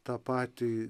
tą patį